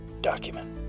document